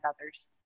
others